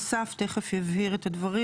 החוק לא נכונות ואסף תכף יבהיר את הדברים.